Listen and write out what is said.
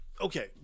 Okay